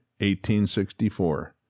1864